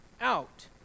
out